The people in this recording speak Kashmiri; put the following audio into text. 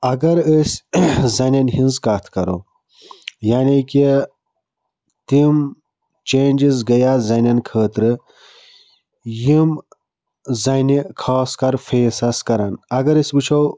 اَگر أسۍ زَنیٚن ہنٛز کَتھ کَرو یعنی کہ تِم چینٛجِز گٔیا زَنیٚن خٲطرٕ یِم زَنہِ خاص کر فیس آسہٕ کَران اگر أسۍ وُچھو